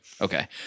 Okay